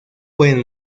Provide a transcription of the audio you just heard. pueden